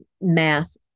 math